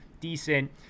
decent